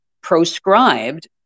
proscribed